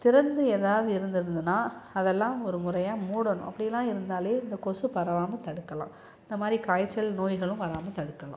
திறந்து எதாவது இருந்திருந்ததுனா அதெல்லாம் ஒரு முறையாக மூடணும் அப்படிலாம் இருந்தாலே இந்த கொசு பரவாமல் தடுக்கலாம் இந்த மாதிரி காய்ச்சல் நோய்களும் வராமல் தடுக்கலாம்